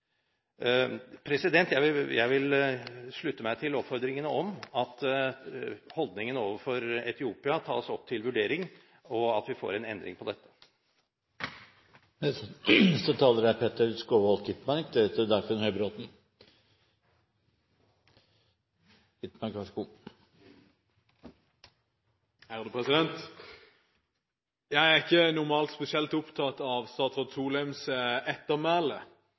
Jeg vil slutte meg til oppfordringene om at holdningen overfor Etiopia tas opp til vurdering, og at vi får en endring på dette. Jeg er normalt ikke spesielt opptatt av statsråd Solheims ettermæle, men i denne saken er det i hvert fall lett å komme med et par bemerkninger. Jeg